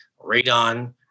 radon